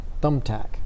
thumbtack